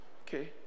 Okay